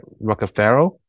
Rockefeller